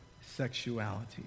sexuality